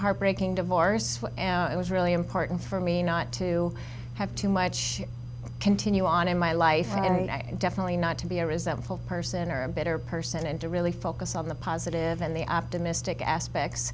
heartbreaking divorce it was really important for me not to have too much continue on in my life and definitely not to be a resentful person or a better person and to really focus on the positive and the optimistic aspects